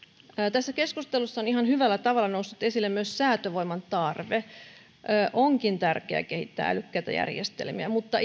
tässä keskustelussa on ihan hyvällä tavalla noussut esille myös säätövoiman tarve onkin tärkeää kehittää älykkäitä järjestelmiä mutta